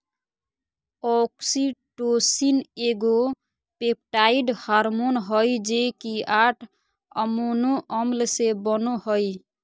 oxytocin एगो peptide hormone हइ जे कि आठ अमोनो अम्ल से बनो हइ